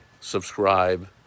subscribe